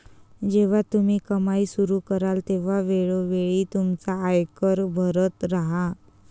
जेव्हा तुम्ही कमाई सुरू कराल तेव्हा वेळोवेळी तुमचा आयकर भरत राहा